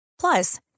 Plus